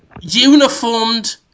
Uniformed